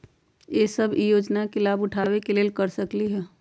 हम सब ई योजना के लाभ उठावे के लेल की कर सकलि ह?